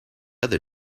other